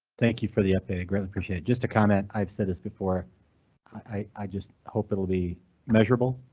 thank you for the updated greatly appreciate just to comment. i've said this before i. i just hope it will be measurable,